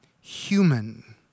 human